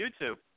YouTube